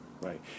Right